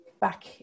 back